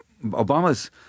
Obama's